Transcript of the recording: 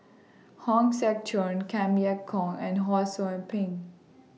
Hong Sek Chern Kam Kee Yong and Ho SOU Ping